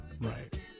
Right